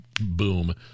boom